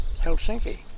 Helsinki